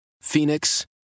Phoenix